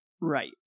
Right